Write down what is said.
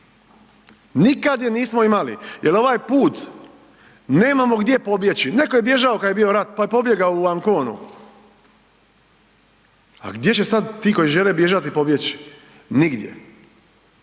nikad je nismo imali jer ovaj put nemamo gdje pobjeći. Netko je bježao kad je bio rat pa je pobjegao u Anconu, a gdje će sad ti koji žele bježati pobjeći, nigdje.